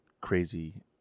crazy